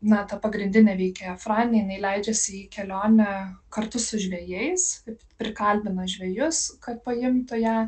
na ta pagrindinė veikėja fran jinai leidžiasi į kelionę kartu su žvejais prikalbina žvejus kad paimtų ją